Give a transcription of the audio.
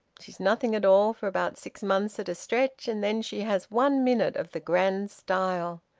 she's nothing at all for about six months at a stretch, and then she has one minute of the grand style.